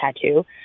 tattoo